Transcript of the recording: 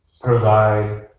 provide